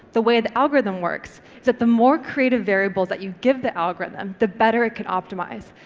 the way the algorithm works is that the more creative variables that you give the algorithm, the better it can optimise.